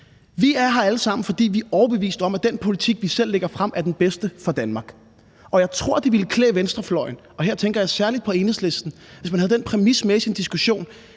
Vi er her alle sammen, fordi vi er overbevist om, at den politik, vi selv lægger frem, er den bedste for Danmark. Og jeg tror, det ville klæde venstrefløjen – og her tænker jeg særlig på Enhedslisten – hvis man havde den præmis med i sin diskussion,